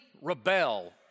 rebel